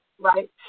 Right